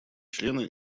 члены